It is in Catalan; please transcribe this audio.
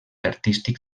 artístic